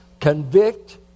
Convict